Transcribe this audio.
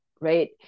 right